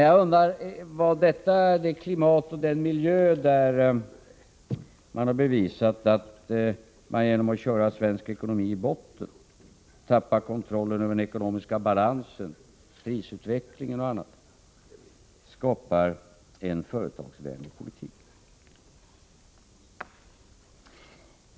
Var det i detta klimat och i denna miljö som de borgerliga bevisade att de — genom att köra svensk ekonomi i botten och tappa kontrollen över den ekonomiska balansen, prisutvecklingen m.m. — skapar en företagsvänlig politik?